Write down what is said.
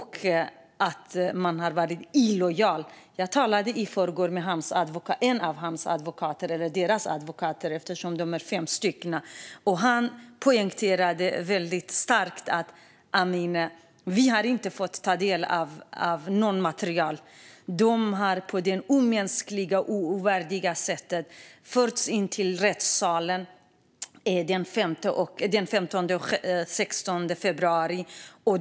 Han anses ha varit illojal. Jag talade i förrgår med en av hans advokater - eller deras advokater, eftersom de är fem stycken. Advokaten poängterade väldigt starkt: Vi har inte fått ta del av något material, Amineh. Fångarna har på ett omänskligt och ovärdigt sätt förts till rättssalen den 15 och 16 februari.